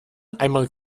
einmal